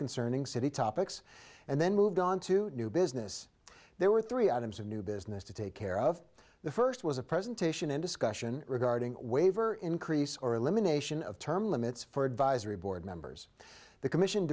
concerning city topics and then moved on to new business there were three items a new business to take care of the first was a presentation in discussion regarding waiver increase or elimination of term limits for advisory board members the commission